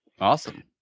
Awesome